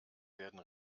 werden